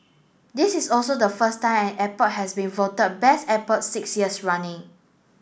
this is also the first time an airport has been voted Best Airport six years running